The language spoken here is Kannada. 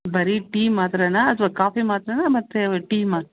ಬರಿ ಟೀ ಮಾತ್ರನಾ ಅಥವಾ ಕಾಫಿ ಮಾತ್ರನಾ ಮತ್ತು ಟೀ ಮಾತ್ರ